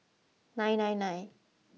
nine nine nine